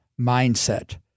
mindset